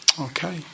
Okay